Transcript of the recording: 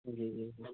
जी जी